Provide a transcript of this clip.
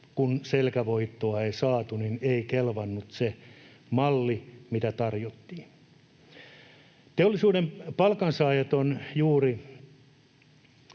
kun selkävoittoa ei saatu, niin ei kelvannut se malli, mitä tarjottiin. Teollisuuden palkansaajat on juuri